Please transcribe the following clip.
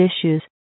issues